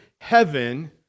heaven